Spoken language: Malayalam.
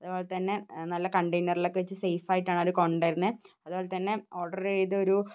അതുപോലെത്തന്നെ നല്ല കണ്ടെയ്നറിലൊക്കെ വച്ച് സെയ്ഫായിട്ടാണവർ കൊണ്ടുവരുന്നത് അതുപോലെത്തന്നെ ഓർഡർ ചെയ്ത് ഒരു